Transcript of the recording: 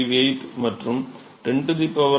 058 மற்றும் 10 2 to 102 101